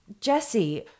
Jesse